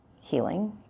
healing